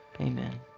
Amen